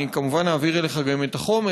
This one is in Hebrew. אני כמובן אעביר אליך גם את החומר,